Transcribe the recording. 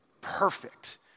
perfect